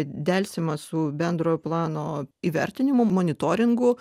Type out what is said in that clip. delsiama su bendrojo plano įvertinimu monitoringu